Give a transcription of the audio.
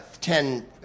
ten